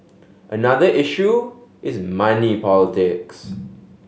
another issue is money politics